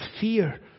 fear